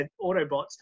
Autobots